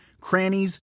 crannies